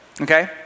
Okay